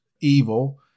evil